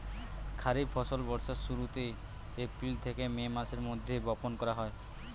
খরিফ ফসল বর্ষার শুরুতে, এপ্রিল থেকে মে মাসের মধ্যে বপন করা হয়